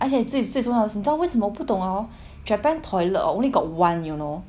而且最最重要的是你知道为什么不懂 orh japan toilet orh only got you know